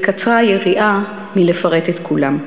וקצרה היריעה מלפרט את כולם.